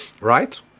right